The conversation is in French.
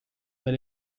mais